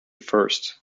first